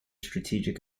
strategic